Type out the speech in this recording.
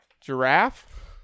Giraffe